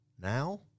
Now